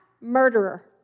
murderer